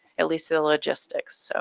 at least the logistics. so